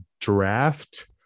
draft